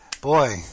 boy